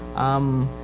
um,